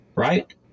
Right